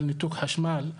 על ניתוק חשמל,